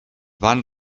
van